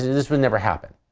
this would never happen.